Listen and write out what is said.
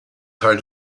teil